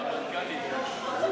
את זה המנכ"ל ידרוש.